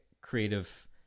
creative